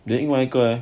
then 另外一个